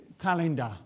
calendar